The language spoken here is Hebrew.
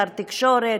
שר תקשורת.